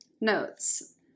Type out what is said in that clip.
Notes